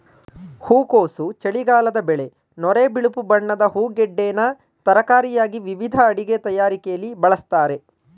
ಹೂಕೋಸು ಚಳಿಗಾಲದ ಬೆಳೆ ನೊರೆ ಬಿಳುಪು ಬಣ್ಣದ ಹೂಗೆಡ್ಡೆನ ತರಕಾರಿಯಾಗಿ ವಿವಿಧ ಅಡಿಗೆ ತಯಾರಿಕೆಲಿ ಬಳಸ್ತಾರೆ